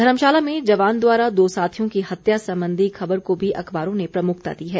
धर्मशाला में जवान द्वारा दो साथियों की हत्या सम्बंधी खबर को भी अखबारों ने प्रमुखता दी है